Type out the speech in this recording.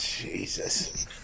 Jesus